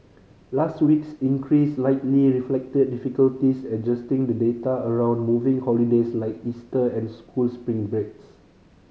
last week's increase likely reflected difficulties adjusting the data around moving holidays like Easter and school spring breaks